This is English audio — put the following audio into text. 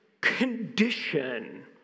condition